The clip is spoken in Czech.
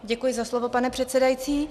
Děkuji za slovo, pane předsedající.